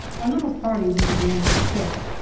our little party was a grand success,